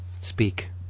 speak